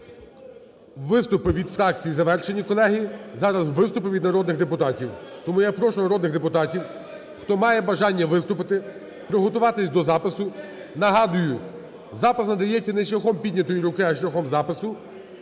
Виступи від фракцій завершені, колеги, зараз виступи від народних депутатів. Тому я прошу народних депутатів, хто має бажання виступити, приготуватися до запису. Нагадую, запис надається не шляхом піднятої руки, а шляхом запису,